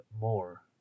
more